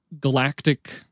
galactic